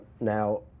Now